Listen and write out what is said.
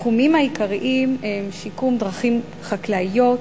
התחומים העיקריים הם: שיקום דרכים חקלאיות,